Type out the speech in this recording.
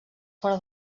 fora